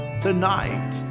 tonight